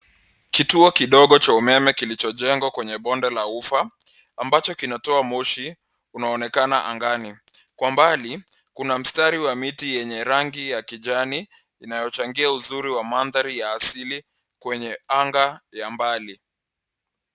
Kituo kidogo cha umeme kilichojengwa kwenye bonde la ufa ambacho kinatoa moshi unaoonekana angani. Kwa mbali kuna mstari wa miti yenye rangi ya kijani inayochangia uzuri wa mandhari ya asili kwenye anga ya mbali.